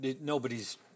nobody's